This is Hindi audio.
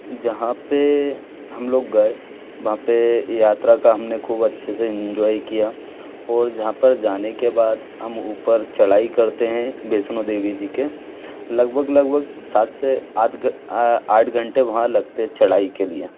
जहाँ पर हम लोग गए वहाँ पर यात्रा का हमने खूब अच्छे से इंजॉय किया और जहाँ पर जाने के बाद हम ऊपर चढ़ाई करते हैं वैष्णो देवी जी के लगभग लगभग सात से आठ आठ घंटे वहाँ लगते हैं चढ़ाई के लिए